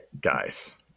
guys